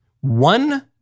One